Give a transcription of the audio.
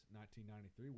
1993